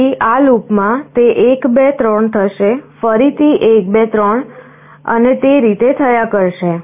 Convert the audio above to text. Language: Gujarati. તેથી આ લૂપમાં તે 1 2 3 થશે ફરીથી 1 2 3 અને તે રીતે થયા કરશે